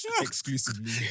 Exclusively